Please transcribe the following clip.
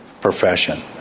profession